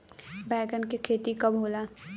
बैंगन के खेती कब होला?